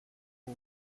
for